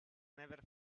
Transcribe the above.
never